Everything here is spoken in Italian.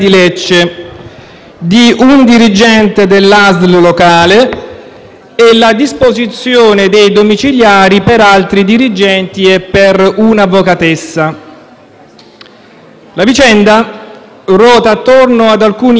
Non si può che ringraziare chi ha avuto la forza e il coraggio di far emergere questa brutta vicenda di corruzione, un'ennesima brutta vicenda di corruzione,